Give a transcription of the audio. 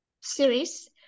series